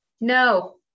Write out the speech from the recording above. no